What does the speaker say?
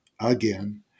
again